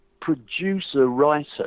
producer-writer